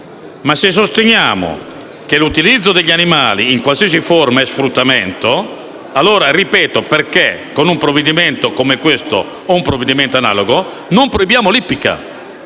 però, sosteniamo che l'utilizzo degli animali in qualsiasi forma è sfruttamento, allora, ripeto, perché con un provvedimento come questo o con un provvedimento analogo non proibiamo l'ippica?